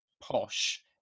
posh